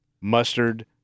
mustard